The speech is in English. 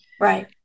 Right